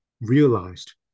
realized